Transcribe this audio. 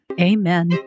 Amen